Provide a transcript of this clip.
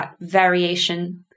variation